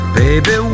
baby